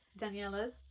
daniela's